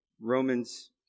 Romans